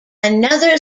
another